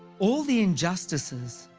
all the injustices,